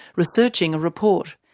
researching a report.